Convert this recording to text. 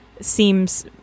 seems